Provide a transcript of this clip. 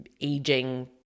aging